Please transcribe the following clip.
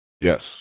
Yes